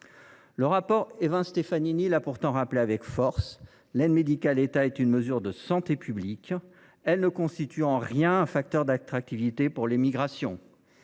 Le rapport Évin Stefanini l’a pourtant rappelé avec force : l’AME constitue une mesure de santé publique et ne représente en rien un facteur d’attractivité pour les migrations.